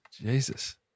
Jesus